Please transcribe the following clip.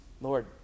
Lord